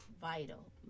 vital